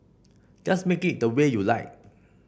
just make it the way you like